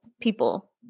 people